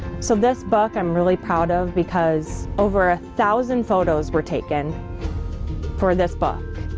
so, this book, i'm really proud of because over a thousand photos were taken for this book,